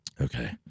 Okay